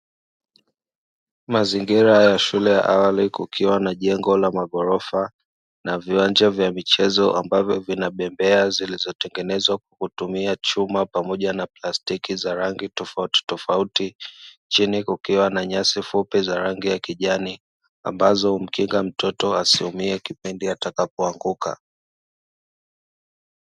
Mazingira ya shule ya awali, kukiwa na jengo la maghorofa na viwanja vya michezo ambavyo vina bembea zilizotengenezwa kwa kutumia chuma, pamoja na plastiki za rangi tofautitofauti, chini kukiwa na nyasi fupi za rangi ya kijani, ambazo humkinga mtoto asiumie kipindi atakapoanguka.